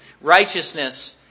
righteousness